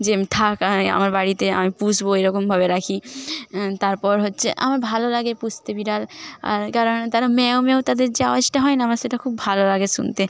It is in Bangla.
যে থাক আয় আমার বাড়িতে আমি পুষবো এরকম ভাবে রাখি তারপর হচ্ছে আমার ভালো লাগে পুষতে বিড়াল আর কারণ তারা ম্যাও ম্যাও তাদের যে আওয়াজটা হয় না আমার সেটা খুব ভালো লাগে শুনতে